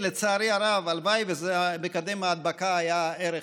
לצערי הרב, הלוואי ומקדם ההדבקה R היה 1,